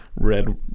red